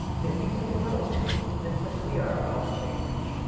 that we take an oath that says we are about change.